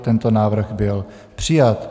Tento návrh byl přijat.